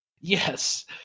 Yes